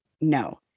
No